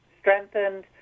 strengthened